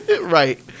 right